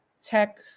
tech